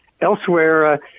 Elsewhere